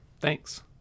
Thanks